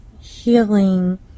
healing